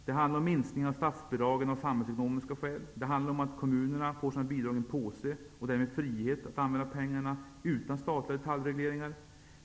Det handlar om minskningar av statsbidragen av samhällsekonomiska skäl. Det handlar om att kommunerna får sina bidrag så att säga i en påse och därmed frihet att använda pengarna utan statliga detaljregleringar.